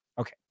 Okay